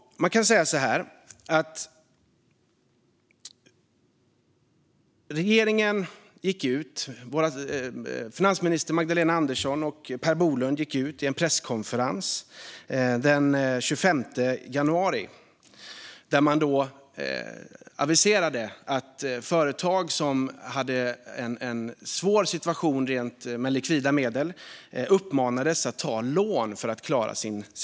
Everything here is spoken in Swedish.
Ministrarna Magdalena Andersson och Per Bolund gick ut i en presskonferens den 25 januari där man uppmanade företag som hade en svår situation med likvida medel att ta lån för att klara sig.